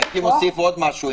הייתי מוסיף עוד משהו,